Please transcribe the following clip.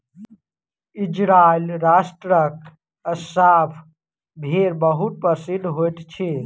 Israel राष्ट्रक Assaf भेड़ बहुत प्रसिद्ध होइत अछि